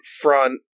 front